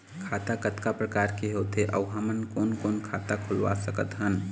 खाता कतका प्रकार के होथे अऊ हमन कोन कोन खाता खुलवा सकत हन?